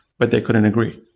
but they couldn't agree.